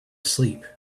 sleep